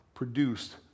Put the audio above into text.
produced